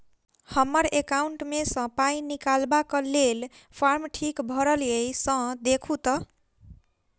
हम्मर एकाउंट मे सऽ पाई निकालबाक लेल फार्म ठीक भरल येई सँ देखू तऽ?